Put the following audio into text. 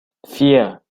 vier